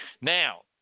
Now